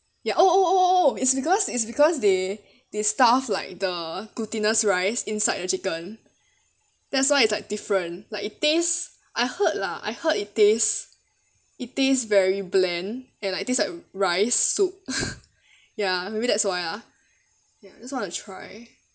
ya oh oh oh oh it's because is because they they stuff like the glutinous rice inside your chicken that's why it's like different like it tastes I heard lah I heard it taste it taste very bland and like taste like rice soup ya maybe that's why ah ya I just want to try